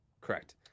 Correct